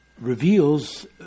reveals